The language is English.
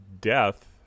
death